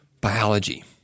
biology –